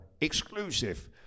exclusive